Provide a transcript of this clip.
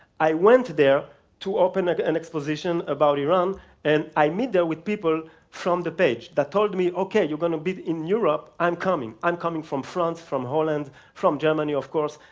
i went there to open like an exposition about iran and i met there with people from the page that told me, okay, you're going to be in europe, i'm coming. i'm coming from france, from holland, from germany, of course,